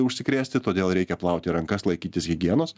užsikrėsti todėl reikia plauti rankas laikytis higienos